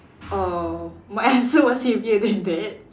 orh my answer was heavier than that